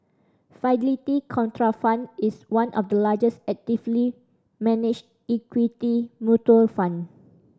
Fidelity Contrafund is one of the largest actively managed equity mutual fund